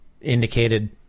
Indicated